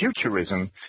futurism